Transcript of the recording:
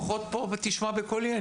לפחות פה תשמע בקולי,